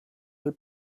dal